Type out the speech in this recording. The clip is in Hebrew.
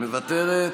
מוותרת.